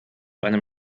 einem